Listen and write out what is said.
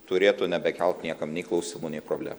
turėtų nebekelt niekam nei klausimų nei proble